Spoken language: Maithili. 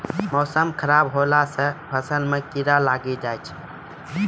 मौसम खराब हौला से फ़सल मे कीड़ा लागी जाय छै?